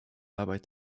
arbeit